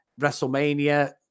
WrestleMania